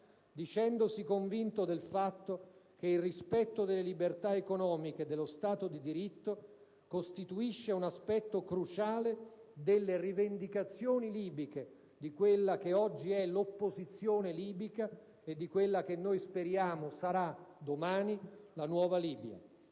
dicendosi convinto del fatto che il rispetto delle libertà economiche dello Stato di diritto costituisce un aspetto cruciale delle rivendicazioni libiche, di quella che oggi è l'opposizione libica e di quella che noi speriamo sarà domani la nuova Libia.